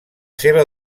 seva